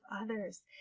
others